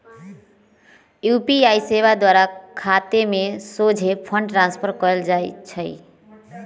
UPI सेवा द्वारा खतामें सोझे फंड ट्रांसफर कएल जा सकइ छै